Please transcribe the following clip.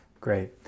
great